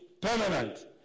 permanent